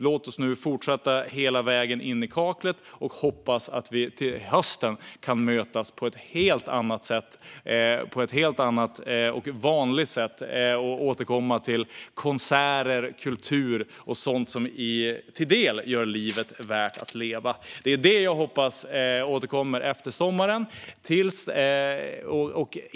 Låt oss nu fortsätta hela vägen in i kaklet och hoppas att vi till hösten kan mötas på ett helt annat och vanligt sätt och återkomma till konserter, kultur och sådant som till del gör livet värt att leva. Det är detta jag hoppas ska återkomma efter sommaren.